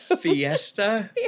fiesta